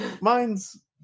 mine's